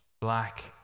black